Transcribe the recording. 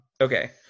Okay